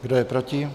Kdo je proti?